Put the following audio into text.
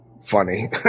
funny